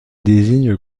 désignent